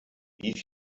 wie